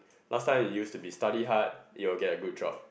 last time I used to be study hard you will get a good job